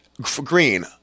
green